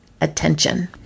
attention